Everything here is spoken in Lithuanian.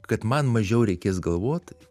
kad man mažiau reikės galvot